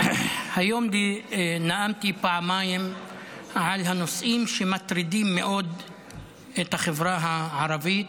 היום נאמתי פעמיים על הנושאים שמטרידים מאוד את החברה הערבית,